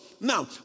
now